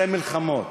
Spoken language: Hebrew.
13 מלחמות.